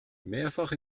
mehrfach